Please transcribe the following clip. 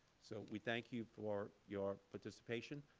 so we thank you for your participation.